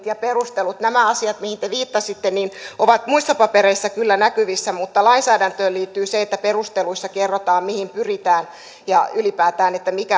ja perustelut nämä asiat mihin te viittasitte ovat kyllä muissa papereissa näkyvissä mutta lainsäädäntöön liittyy se että perusteluissa kerrotaan mihin pyritään ja mikä ylipäätään